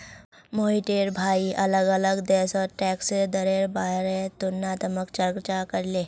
मोहिटर भाई अलग अलग देशोत टैक्सेर दरेर बारेत तुलनात्मक चर्चा करले